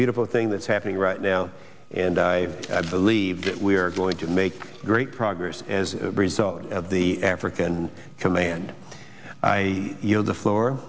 beautiful thing that's happening right now and i believe that we are going to make great progress as a result of the african command i you know the floor